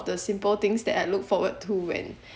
the simple things that I look forward to when